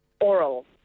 oral